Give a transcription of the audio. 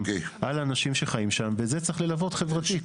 על האנשים שחיים שם וזה צריך ללוות חברתית.